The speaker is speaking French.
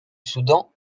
soudan